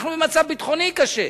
אנחנו במצב ביטחוני קשה.